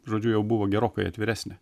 žodžiu jau buvo gerokai atviresnė